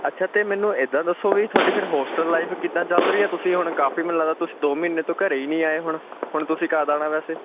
ਅੱਛਾ ਅਤੇ ਮੈਨੂੰ ਇੱਦਾਂ ਦੱਸੋ ਵੀ ਤੁਹਾਡੀ ਫਿਰ ਹੋਸਟਲ ਲਾਈਫ ਕਿੱਦਾਂ ਚੱਲ ਰਹੀ ਹੈ ਤੁਸੀਂ ਹੁਣ ਕਾਫੀ ਮੈਨੂੰ ਲੱਗਦਾ ਤੁਸੀਂ ਦੋ ਮਹੀਨੇ ਤੋਂ ਘਰੇ ਹੀ ਨਹੀਂ ਆਏ ਹੁਣ ਹੁਣ ਤੁਸੀਂ ਕਦੋਂ ਆਉਣਾ ਵੈਸੇ